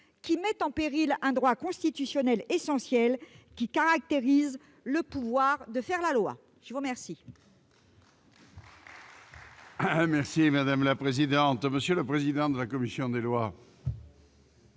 qui met en péril un droit constitutionnel essentiel, lequel caractérise le pouvoir de faire la loi. Acte vous est